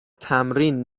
تمرین